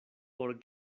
por